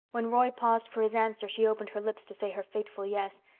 when roy paused for his answer she opened her lips to say her fateful yes.